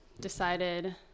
decided